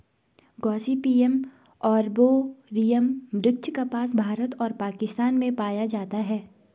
Gossypium arboreum वृक्ष कपास, भारत और पाकिस्तान में पाया जाता है